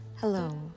Hello